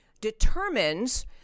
determines